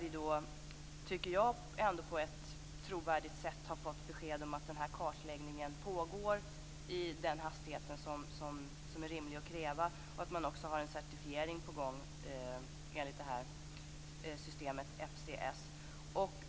Jag tycker att vi på ett trovärdigt sätt har fått besked om att kartläggningen pågår i den hastighet som är rimlig att kräva och att en certifiering är på gång enligt systemet FSC.